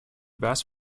vast